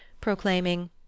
proclaiming